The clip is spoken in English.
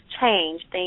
change